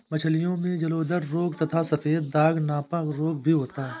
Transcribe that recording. मछलियों में जलोदर रोग तथा सफेद दाग नामक रोग भी होता है